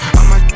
I'ma